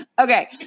Okay